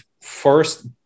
first